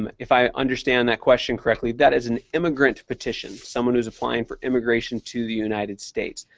um if i understand that question correctly, that is an immigrant petition someone who is applying for immigration to the united states,